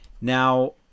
Now